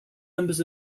numbers